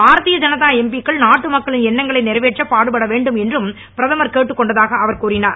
Bharatiya Janata MP க்கள் நாட்டு மக்களின் எண்ணங்களை நிறைவேற்ற பாடுபட வேண்டும் என்றும் பிரதமர் கேட்டுக் கொண்டாக அவர் கூறினார்